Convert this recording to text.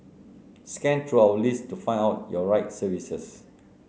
scan through our list to find out your right services